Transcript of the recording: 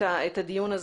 מסכמת את הדיון.